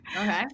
Okay